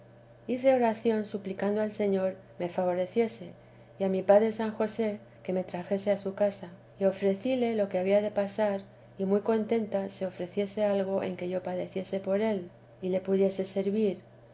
hice oración suplicando al señor me favoreciese y a mi padre san josé que me trajese a su casa y ofrecíle lo que había de pasar y muy contenta se ofreciese algo en que yo padeciese por él y le pudiese servir